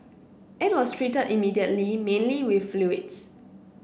it was treated immediately mainly with fluids